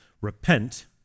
Repent